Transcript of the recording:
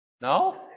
No